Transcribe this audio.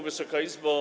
Wysoka Izbo!